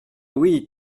oui